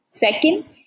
Second